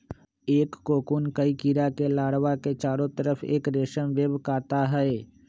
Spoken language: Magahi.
एक कोकून कई कीडड़ा के लार्वा के चारो तरफ़ एक रेशम वेब काता हई